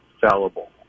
fallible